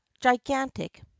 gigantic